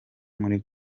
muri